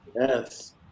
yes